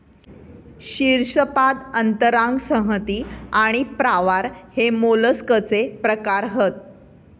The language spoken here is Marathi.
शीर्शपाद अंतरांग संहति आणि प्रावार हे मोलस्कचे प्रकार हत